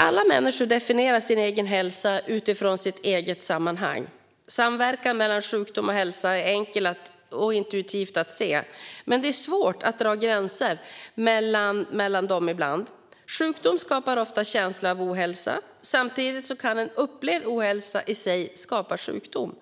Alla människor definierar sin egen hälsa utifrån sitt eget sammanhang. Samverkan mellan sjukdom och hälsa är enkel att se intuitivt, men det är ibland svårt att dra gränser mellan dessa. Sjukdom skapar ofta känsla av ohälsa. Samtidigt kan en upplevd ohälsa i sig skapa sjukdom.